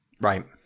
Right